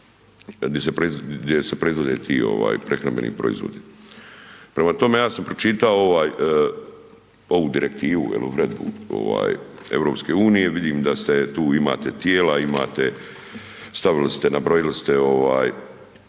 gdje se proizvode ti prehrambeni proizvodi. Prema tome, ja sam pročitao ovu direktivu ili uredbu EU, vidim da tu imate tijela, imate stavili ste nabrojili ste